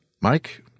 Mike